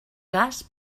cas